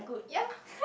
ya